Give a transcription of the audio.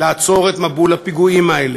לעצור את מבול הפיגועים האלה,